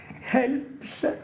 helps